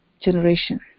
generation